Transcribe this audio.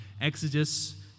Exodus